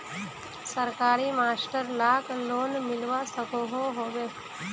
सरकारी master lakh loan मिलवा सकोहो होबे?